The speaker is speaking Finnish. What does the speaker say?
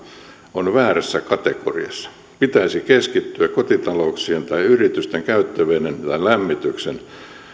on väärässä kategoriassa pitäisi keskittyä kotitalouksien tai yritysten käyttöveden lämmityksen